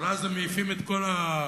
אבל אז הם מעיפים את כל האבנים,